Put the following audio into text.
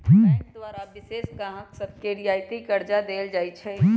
bank द्वारा विशेष गाहक सभके रियायती करजा देल जाइ छइ